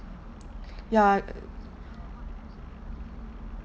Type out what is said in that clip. yeah